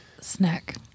snack